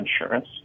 insurance